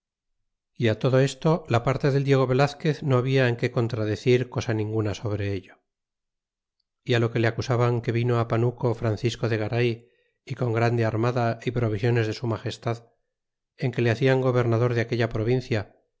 y todo esto la parte del diego velazquez no habla en que contradecir cosa ninguna sobre ello e lo que le acusaban que vino panuco francisco de garay y con grande armada y provisiones de su magestad en que le hacian gobernador de aquella provincia